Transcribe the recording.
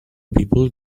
people